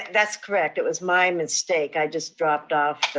that's correct, it was my mistake. i just dropped off